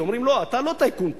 כי אומרים לו: אתה לא טייקון פה,